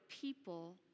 people